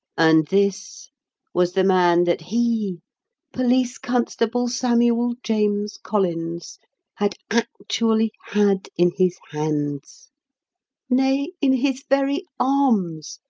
and this was the man that he police constable samuel james collins had actually had in his hands nay, in his very arms,